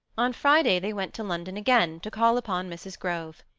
on friday they went to london again, to call upon mrs. grove.